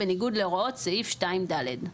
בניגוד להוראות סעיף 2(ד).